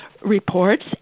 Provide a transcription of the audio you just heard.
reports